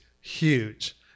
huge